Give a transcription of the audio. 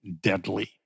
deadly